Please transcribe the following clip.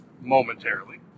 momentarily